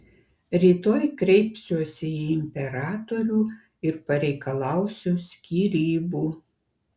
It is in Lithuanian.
rytoj kreipsiuosi į imperatorių ir pareikalausiu skyrybų